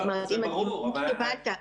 זאת אומרת,